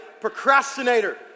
procrastinator